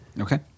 Okay